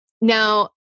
Now